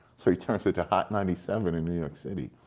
so, he turns it to hot ninety seven in new york city,